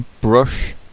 brush